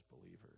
believers